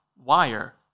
wire